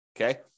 okay